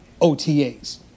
OTAs